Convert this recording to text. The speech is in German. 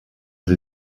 sie